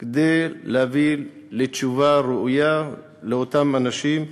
כדי להביא לתשובה ראויה לאותם אנשים.